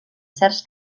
certs